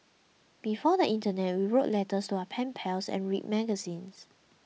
before the internet we wrote letters to our pen pals and read magazines